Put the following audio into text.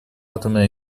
атомной